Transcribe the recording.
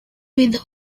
with